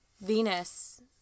Venus